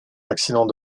accident